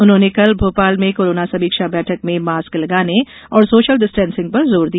उन्होंने कल भोपाल में कोरोना समीक्षा बैठक में मास्क लगाने और सोशल डिस्टेंसिंग पर जोर दिया